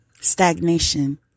stagnation